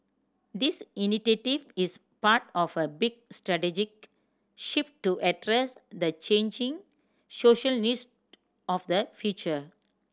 this initiative is part of a big strategic shift to address the changing social needs of the future